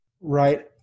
Right